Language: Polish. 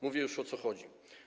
Mówię już, o co chodzi.